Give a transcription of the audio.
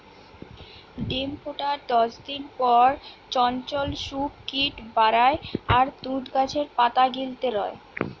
ডিম ফুটার দশদিন পর চঞ্চল শুক কিট বারায় আর তুত গাছের পাতা গিলতে রয়